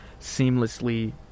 seamlessly